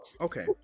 Okay